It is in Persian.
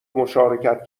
مشارکت